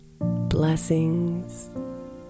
Blessings